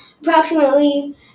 approximately